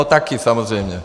Také, samozřejmě.